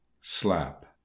Slap